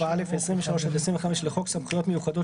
7א ו-23 עד 25 לחוק סמכויות מיוחדות